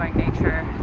nature